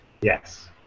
Yes